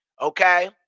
okay